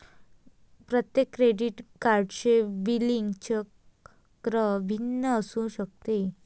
प्रत्येक क्रेडिट कार्डचे बिलिंग चक्र भिन्न असू शकते